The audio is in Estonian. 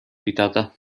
pidada